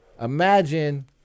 imagine